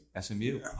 SMU